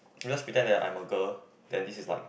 just pretend that I'm a girl then this is like